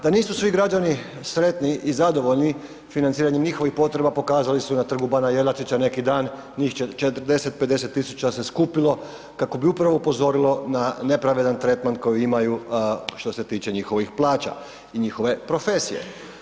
Da nisu svi građani sretni i zadovoljni financiranjem njihovih potreba pokazali su na Trgu bana Jelačića neki dan, njih 40, 50.000 se skupilo kako bi upravo upozorilo na nepravedan tretman koji imaju što se tiče njihovih plaća i njihove profesije.